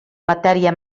matèria